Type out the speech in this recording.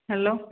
hello